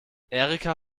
erika